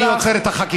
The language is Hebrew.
אני עוצר את החקיקה.